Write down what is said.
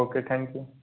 okay thank you